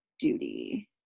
duty